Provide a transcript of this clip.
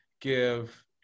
give